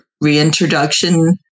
reintroduction